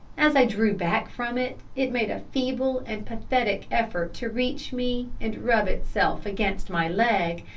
as i drew back from it, it made a feeble and pathetic effort to reach me and rub itself against my legs,